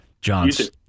john's